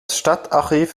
stadtarchiv